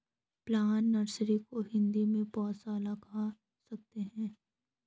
plant nursery को हिंदी में पौधशाला कह सकते हैं